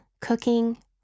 cooking